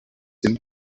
dem